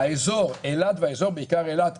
שאילת והאזור בעיקר אילת,